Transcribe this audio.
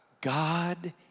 God